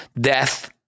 death